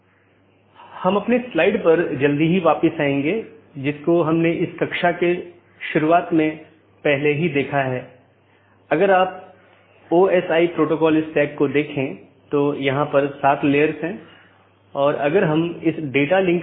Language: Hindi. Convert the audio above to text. दूसरे अर्थ में हमारे पूरे नेटवर्क को कई ऑटॉनमस सिस्टम में विभाजित किया गया है जिसमें कई नेटवर्क और राउटर शामिल हैं जो ऑटॉनमस सिस्टम की पूरी जानकारी का ध्यान रखते हैं हमने देखा है कि वहाँ एक बैकबोन एरिया राउटर है जो सभी प्रकार की चीजों का ध्यान रखता है